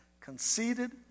conceited